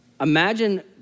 Imagine